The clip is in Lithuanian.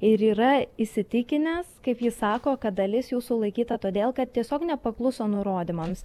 ir yra įsitikinęs kaip jis sako kad dalis jų sulaikyta todėl kad tiesiog nepakluso nurodymams